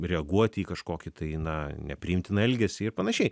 reaguoti į kažkokį tai na nepriimtiną elgesį ir panašiai